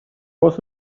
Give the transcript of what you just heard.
was